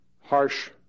harsh